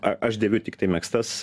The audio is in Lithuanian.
a aš dėviu tiktai megztas